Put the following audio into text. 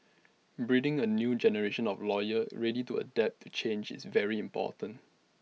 breeding A new generation of lawyers ready to adapt to change is very important